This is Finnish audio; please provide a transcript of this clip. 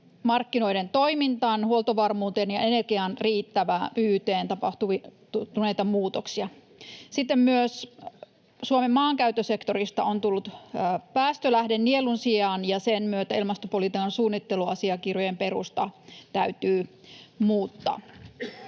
markkinoiden toimintaan, huoltovarmuuteen ja energian riittävyyteen tapahtuneita muutoksia. Sitten myös Suomen maankäyttösektorista on tullut päästölähde nielun sijaan, ja sen myötä ilmastopolitiikan suunnitteluasiakirjojen perusta täytyy muuttaa.